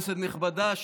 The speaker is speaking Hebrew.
כנסת נכבדה,